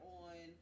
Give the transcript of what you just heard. on